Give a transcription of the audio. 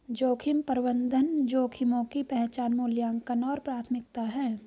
जोखिम प्रबंधन जोखिमों की पहचान मूल्यांकन और प्राथमिकता है